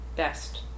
Best